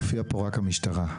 מופיעה פה רק המשטרה.